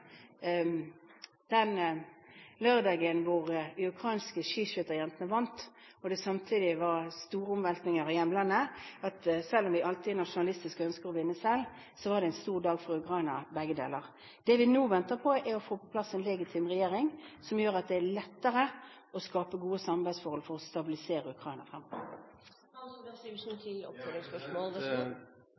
den lørdagen de ukrainske skiskytterjentene vant, og det samtidig var store omveltninger i hjemlandet – selv om vi alltid er nasjonalistiske og ønsker å vinne selv, gjorde begge disse tingene at det ble en stor dag for Ukraina. Det vi nå venter på, er å få på plass en legitim regjering som gjør at det er lettere å skape gode samarbeidsforhold for å stabilisere Ukraina fremover. Vi ser fram til,